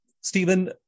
Stephen